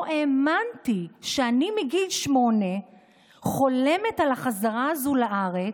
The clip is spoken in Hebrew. לא האמנתי שאני מגיל שמונה חולמת על החזרה הזו לארץ,